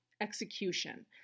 execution